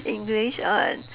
english uh